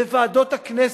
בוועדות הכנסת,